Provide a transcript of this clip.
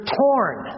torn